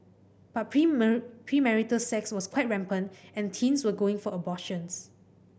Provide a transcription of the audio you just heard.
but premarital sex was quite rampant and teens were going for abortions